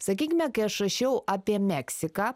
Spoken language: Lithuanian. sakykime kai aš rašiau apie meksiką